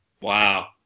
Wow